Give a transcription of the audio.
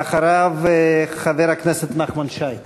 ואחריו, חבר הכנסת נחמן שי.